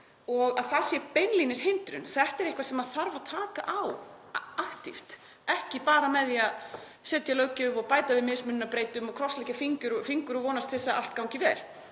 og að það sé beinlínis hindrun. Þetta er eitthvað sem þarf að taka á aktíft, ekki bara með því að setja löggjöf og bæta við mismununarbreytum og krossleggja fingur og vonast til þess að allt gangi vel.